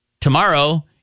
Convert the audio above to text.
Tomorrow